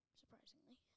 surprisingly